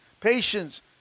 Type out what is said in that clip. patience